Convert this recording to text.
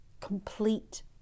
complete